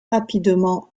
rapidement